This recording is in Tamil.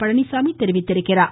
பழனிச்சாமி தெரிவித்துள்ளார்